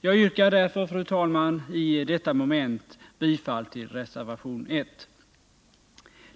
Jag yrkar därför, fru talman, beträffande detta moment bifall till reservation 1.